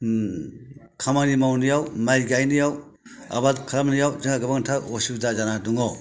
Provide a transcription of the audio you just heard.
खामानि मावनायाव माइ गायनायाव आबाद खालामनायाव जोंहा गोबांथार असुबिदा जानानै दङ